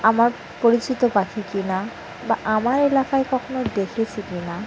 আমার পরিচিত পাখি কি না বা আমার এলাকায় কখনও দেখেছি কি না